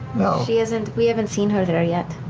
she isn't, we haven't seen her there yet,